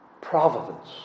Providence